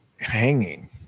hanging